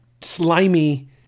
slimy